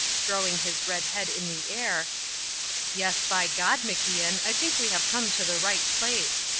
throwing his red head in the air yes, by god, macian, i think we have come to the right place!